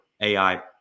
AI